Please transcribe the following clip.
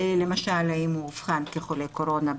למשל האם הוא אובחן כחולה קורונה בעבר,